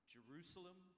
Jerusalem